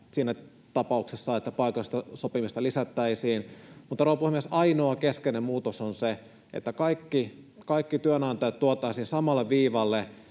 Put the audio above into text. siinä tapauksessa, että paikallista sopimista lisättäisiin. Mutta, rouva puhemies, ainoa keskeinen muutos on se, että kaikki työnantajat tuotaisiin samalle viivalle,